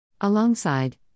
Alongside